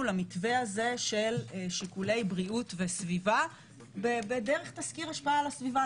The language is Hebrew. למתווה הזה של שיקולי בריאות וסביבה בדרך תסקיר השפעה על הסביבה.